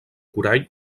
corall